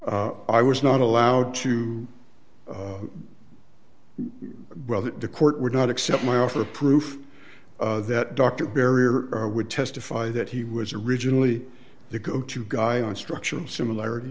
i was not allowed to brother the court would not accept my offer proof that dr berry or her would testify that he was originally the go to guy on structural similarity